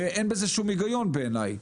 אין בזה שום היגיון בעיניי.